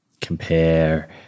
compare